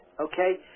Okay